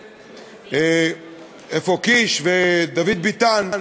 איפה קיש ודוד ביטן?